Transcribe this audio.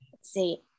see